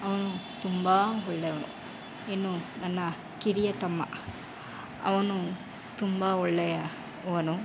ಅವನು ತುಂಬ ಒಳ್ಳೆಯವನು ಇನ್ನು ನನ್ನ ಕಿರಿಯ ತಮ್ಮ ಅವನು ತುಂಬ ಒಳ್ಳೆಯ ಅವನು